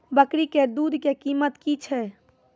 बकरी के दूध के कीमत की छै?